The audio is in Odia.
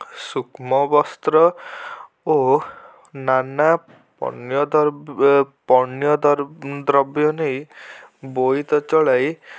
ସୂକ୍ଷ୍ମ ବସ୍ତ୍ର ଓ ନାନା ପଣ୍ୟ ଦ୍ରବ୍ୟ ନେଇ ବୋଇତ ଚଳାଇ